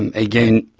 and again,